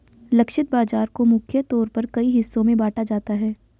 लक्षित बाजार को मुख्य तौर पर कई हिस्सों में बांटा जाता है